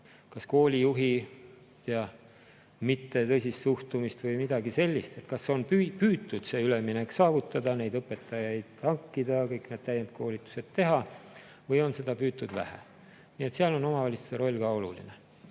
kas koolijuhi mitte tõsist suhtumist või midagi sellist, kas on püütud see üleminek saavutada, õpetajaid hankida, kõik need täiendkoolitused teha või on seda püütud vähe. Seal on omavalitsuste roll ka oluline.